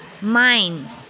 minds